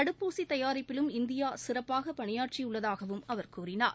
தடுப்பூசி தயாரிப்பிலும் இந்தியா சிறப்பாக பணியாற்றியுள்ளதாகவும் அவர் கூறினார்